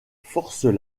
forces